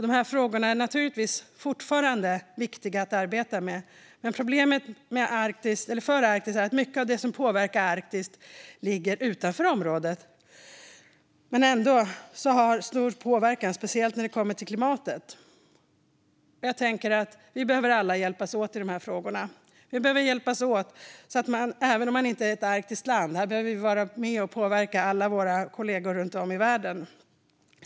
Dessa frågor är naturligtvis fortfarande viktiga att arbeta med, men problemet för Arktis är att mycket av det som påverkar Arktis ligger utanför området men ändå har stor påverkan, speciellt när det kommer till klimatet. Alla behöver hjälpas åt i dessa frågor, även om man inte är ett arktiskt land. Här behöver vi alla vara med och påverka våra kollegor runt om i världen.